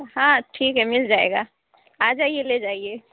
ہاں ٹھیک ہے مل جائے گا آ جائیے لے جائیے